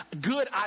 good